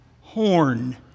horn